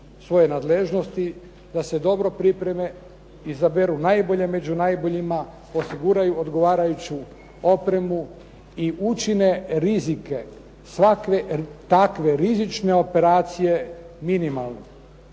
svoje nadležnosti, da se dobro pripreme, izaberu najbolje među najboljima, osiguraju odgovarajuću opremu i učine rizike takve rizične operacije minimalno.